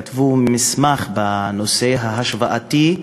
כתבו מסמך בנושא ביוזמתי, השוואתי,